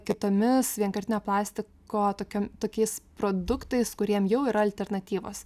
kitomis vienkartinio plastiko tokiom tokiais produktais kuriem jau yra alternatyvos